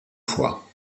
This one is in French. fois